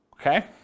Okay